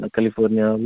California